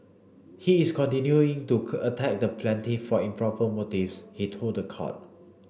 he is continuing to attack the plaintiff for improper motives he told the court